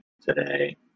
today